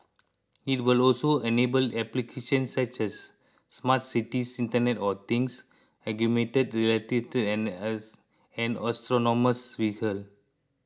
it will also enable applications such as smart cities Internet of Things augmented reality and as and autonomous vehicles